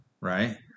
right